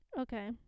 okay